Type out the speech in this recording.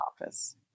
office